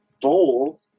bowl